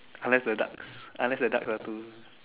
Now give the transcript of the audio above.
I like the ducks I like the ducks they're too